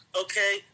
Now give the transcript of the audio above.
okay